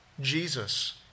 Jesus